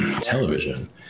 television